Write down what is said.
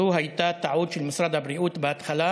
זו הייתה טעות של משרד הבריאות בהתחלה,